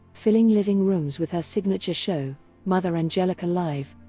filling living rooms with her signature show mother angelica live.